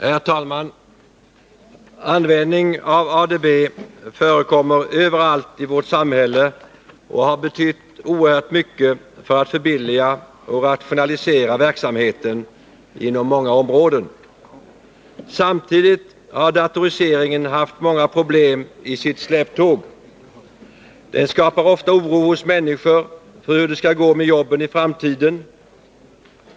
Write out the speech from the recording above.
Herr talman! Användning av ADB förekommer överallt i vårt samhälle och har betytt oerhört mycket för att förbilliga och rationalisera verksamheten inom många områden. Samtidigt har datoriseringen haft många problem i sitt släptåg. Den skapar ofta oro hos människor för hur det skall gå med jobben i framtiden.